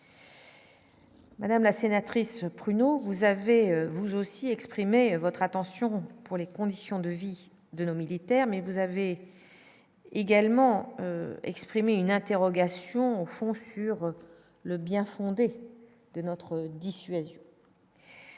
Madame la sénatrice, vous avez vous aussi exprimer votre attention pour les conditions de vie de nos militaires mais vous avez également exprimé une interrogation au fond sur le bien-fondé de notre dissuasion.